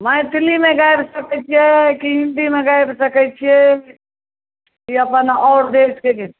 मैथिलीमे गाबि सकैत छियै की हिंदीमे गाबि सकैत छियै की अपन आओर देशके गीत